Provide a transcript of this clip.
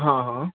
हां हां